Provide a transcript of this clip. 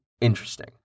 interesting